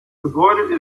gebäude